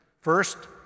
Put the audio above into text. First